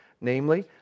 Namely